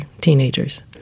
teenagers